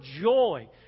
joy